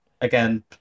again